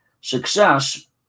success